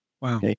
Wow